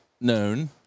known